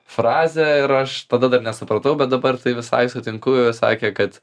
frazę ir aš tada dar nesupratau bet dabar tai visai sutinku sakė kad